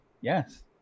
yes